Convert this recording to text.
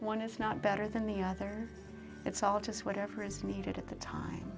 one is not better than the other it's all just whatever is needed at the time